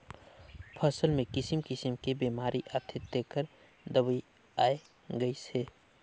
फसल मे किसिम किसिम के बेमारी आथे तेखर दवई आये गईस हे